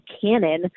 canon